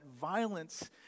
violence